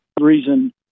reason